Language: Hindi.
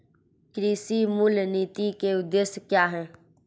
कृषि मूल्य नीति के उद्देश्य क्या है?